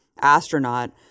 astronaut